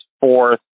fourth